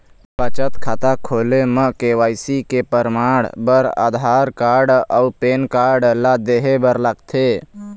बचत खाता खोले म के.वाइ.सी के परमाण बर आधार कार्ड अउ पैन कार्ड ला देहे बर लागथे